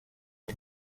ari